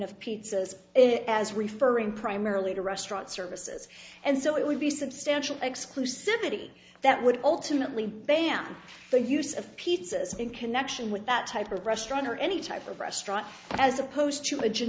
of pizzas it as referring primarily to restaurant services and so it would be substantial exclusivity that would ultimately ban the use of pizzas in connection with that type of restaurant or any type of restaurant as opposed to a g